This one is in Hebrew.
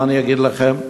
מה אני אגיד לכם?